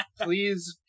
Please